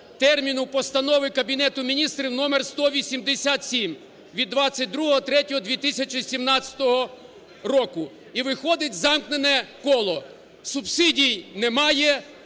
терміну Постанови Кабінету Міністрів №187 від 22.03.2017 року. І виходить замкнене коло – субсидій немає,